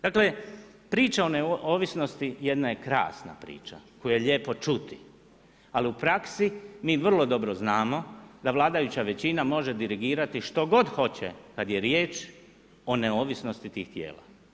Dakle, priča o neovisnosti jedna je krasna priča koju je lijepo čuti, ali u praksi mi vrlo dobro znamo da vladajuća većina može dirigirati što god hoće kad je riječ o neovisnosti tih tijela.